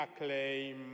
acclaim